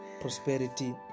prosperity